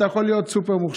אתה יכול להיות סופר-מוכשר,